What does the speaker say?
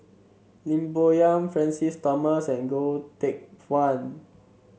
Lim Bo Yam Francis Thomas and Goh Teck Phuan